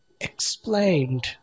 explained